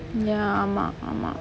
ya ஆமா ஆமா:aamaa aamaa